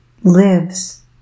lives